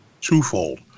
twofold